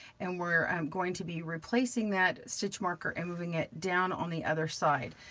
and we're um going to be replacing that stitch marker and moving it down on the other side.